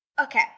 Okay